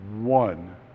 one